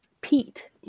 Pete